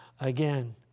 again